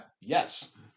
Yes